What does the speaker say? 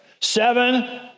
Seven